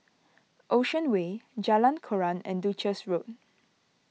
Ocean Way Jalan Koran and Duchess Road